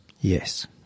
Yes